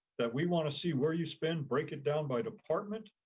that we wanna see where you spend, break it down by department,